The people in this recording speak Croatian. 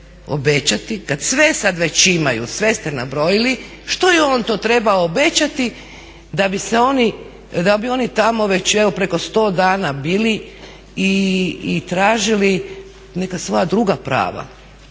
kad sve sad već imaju, sve ste nabrojili, što je on to trebao obećati da bi oni tamo već evo preko 100 dana bili i tražili neka svoja druga prava.